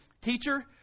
teacher